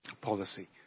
policy